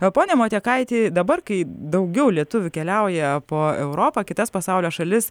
o pone motekaiti dabar kai daugiau lietuvių keliauja po europą kitas pasaulio šalis